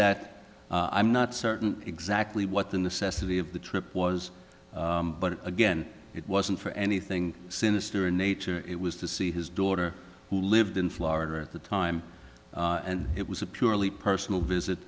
that i'm not certain exactly what the necessity of the trip was but again it wasn't for anything sinister in nature it was to see his daughter who lived in florida at the time and it was a purely personal visit